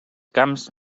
camps